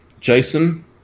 Jason